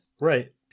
right